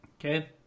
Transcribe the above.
Okay